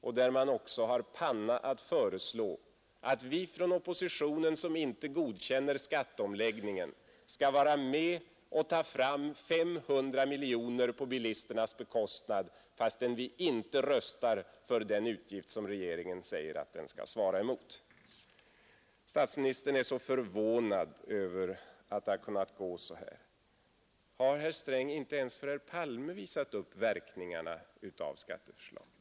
Då har man också panna att föreslå att vi från oppositionen, som inte godkänner skatteomläggningen, skall vara med och ta fram 500 miljoner på bilisternas bekostnad, fastän vi inte röstar för den utgift som regeringen säger att dessa skattepengar skall svara emot. Statsministern är så förvånad över att det har kunnat gå så här. Har herr Sträng inte ens för herr Palme visat upp verkningarna av skatteförslaget?